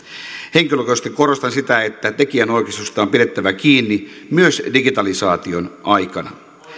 henkilökohtaisesti korostan sitä että tekijänoikeuksista on pidettävä kiinni myös digitalisaation aikana